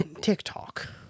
TikTok